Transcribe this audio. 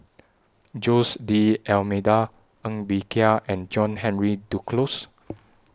Jose D'almeida Ng Bee Kia and John Henry Duclos